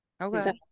Okay